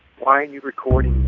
why are you recording